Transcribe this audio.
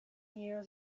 near